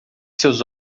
seus